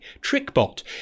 TrickBot